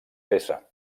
peça